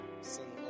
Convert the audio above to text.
sing